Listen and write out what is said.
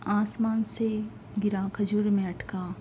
آسمان سے گرا کھجور میں اٹکا